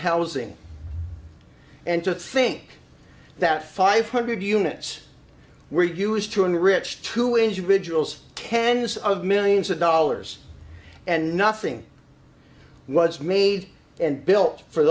housing and to think that five hundred units were used to enrich to injure wriggles tens of millions of dollars and nothing was made and built for